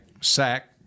sack